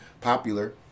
popular